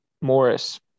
Morris